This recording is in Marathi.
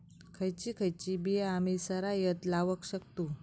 खयची खयची बिया आम्ही सरायत लावक शकतु?